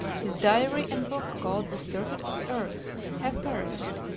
his diary and book called the circuit of the earth have perished,